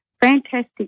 fantastic